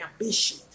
ambition